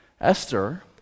Esther